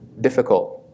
difficult